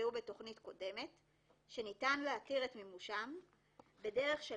שנקבעו בתכנית קודמת שניתן להתיר את מימושן בדרך של